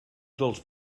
dels